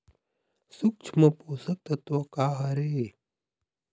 सूक्ष्म पोषक तत्व का हर हे?